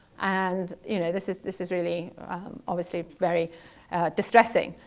and you know this is this is really obviously very distressing.